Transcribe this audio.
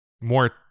more